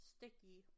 Sticky